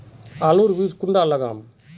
आलूर बीज कुंडा लगाम?